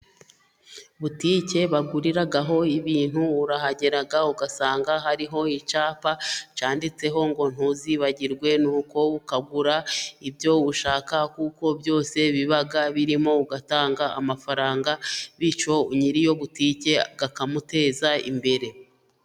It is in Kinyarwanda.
Butike baguriraho ibintu urahagera ugasanga hariho icyapa cyanditseho kugira ngo ntuzibagirwe, nuko ukagura ibyo ushaka kuko byose biba birimo ugatanga amafaranga, bityo nyiri iyo butike akamuteza imbere.